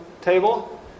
table